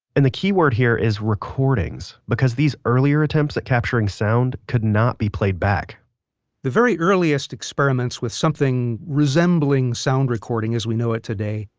and the key word is recordings because these earlier attempts at capturing sound could not be played back the very earliest experiments with something resembling sound recording as we know it today,